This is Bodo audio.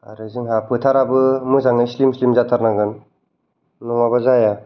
आरो जोंहा फोथाराबो मोजाङै स्लिम स्लिम जाथारनांगोन नङाबा जाया